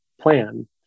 plan